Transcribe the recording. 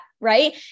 Right